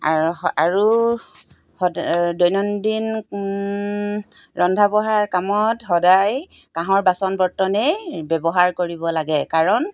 আৰু আৰু দৈনন্দিন ৰন্ধা বঢ়াৰ কামত সদায় কাঁহৰ বাচন বৰ্তনেই ব্যৱহাৰ কৰিব লাগে কাৰণ